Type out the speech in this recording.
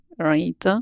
right